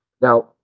Now